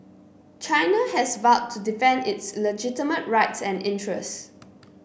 China has vowed to defends its legitimate rights and interests